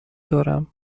دارم